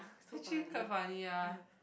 actually quite funny ah